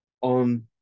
on